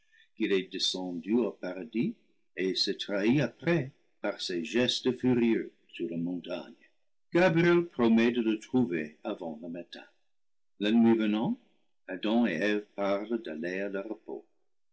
qu'il est descendu au paradis et s'est trahi après par ses gestes furieux sur la montagne gabriel promet de le trouver avant le matin la nuit venant adam et eve parlent d'aller à leur repos